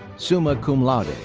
summa cum laude.